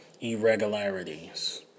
irregularities